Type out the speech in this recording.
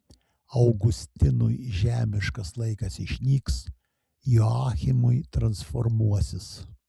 augustinui žemiškas laikas išnyks joachimui transformuosis